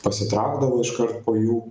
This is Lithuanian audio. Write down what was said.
pasitraukdavo iškart po jų